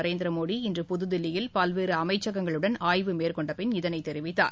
நரேந்திரமோடி இன்றபுததில்லியில் பல்வேறுஅமைச்சகங்களுடன் ஆய்வு மேற்கொண்டபின் இதனைத் தெரிவித்தார்